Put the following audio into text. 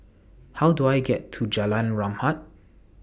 How Do I get to Jalan Rahmat